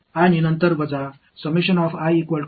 எனவே ஒன்று லிருந்து மற்றும் பின்னர் மைனஸ்